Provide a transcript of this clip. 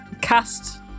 cast